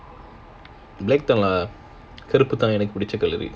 black தான் கருப்பு தான் எனக்கு பிடிச்ச colour karuppu thaan enakku pidicha kalaru